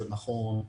זה נכון.